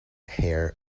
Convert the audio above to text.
hare